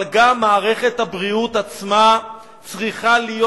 אבל גם מערכת הבריאות עצמה צריכה להיות